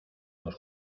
los